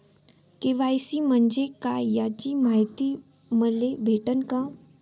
KYC म्हंजे काय याची मायती मले भेटन का?